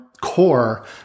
core